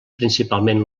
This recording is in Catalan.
principalment